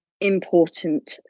important